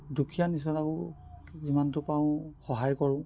দুখীয়া নিছলাকো যিমানটো পাৰোঁ সহায় কৰোঁ